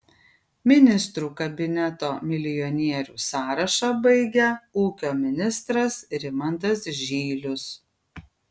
ministrų kabineto milijonierių sąrašą baigia ūkio ministras rimantas žylius